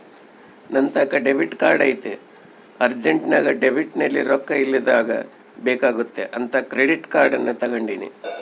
ನಂತಾಕ debit card ಐತೆ ಅರ್ಜೆಂಟ್ನಾಗ ಡೆಬಿಟ್ನಲ್ಲಿ ರೊಕ್ಕ ಇಲ್ಲದಿದ್ದಾಗ ಬೇಕಾಗುತ್ತೆ ಅಂತ ಕ್ರೆಡಿಟ್ ಕಾರ್ಡನ್ನ ತಗಂಡಿನಿ